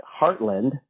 Heartland